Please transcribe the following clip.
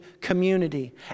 community